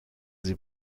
sie